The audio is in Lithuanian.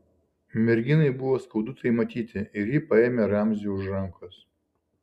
merginai buvo skaudu tai matyti ir ji paėmė ramzį už rankos